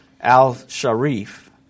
al-Sharif